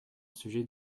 sujet